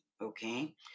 okay